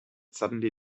suddenly